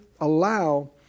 allow